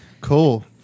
Cool